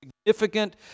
significant